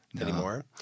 anymore